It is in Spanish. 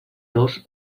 dos